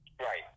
Right